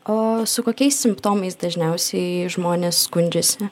o su kokiais simptomais dažniausiai žmonės skundžiasi